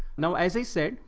now, as i said,